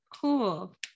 Cool